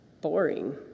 boring